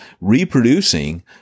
reproducing